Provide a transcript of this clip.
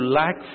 lack